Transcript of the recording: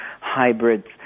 hybrids